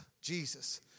Jesus